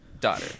daughter